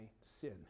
sin